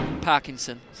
Parkinson